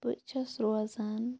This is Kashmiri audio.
بہٕ چھَس روزان